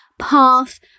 path